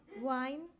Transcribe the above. wine